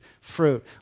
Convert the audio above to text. fruit